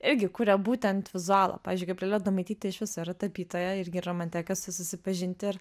irgi kuria būtent vizualą pavyzdžiui kaip dalia adomaitytė iš viso yra tapytoja irgi yra man tekę su ja susipažinti